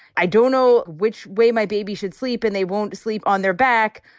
i don't know which way my baby should sleep and they won't sleep on their back.